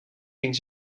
ging